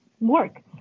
work